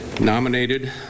nominated